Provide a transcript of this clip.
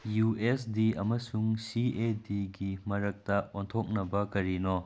U S D ꯑꯃꯁꯨꯡ C A ꯗꯤꯒꯤ ꯃꯔꯛꯇ ꯑꯣꯟꯊꯣꯛꯅꯕ ꯀꯔꯤꯅꯣ